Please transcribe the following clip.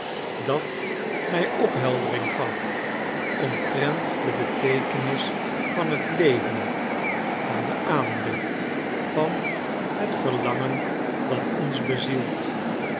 dat mij opheldering gaf omtrent de beteekenis van het leven van de aandrift van het verlangen dat ons bezielt